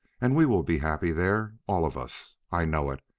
and we will be happy there, all of us, i know it.